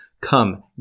come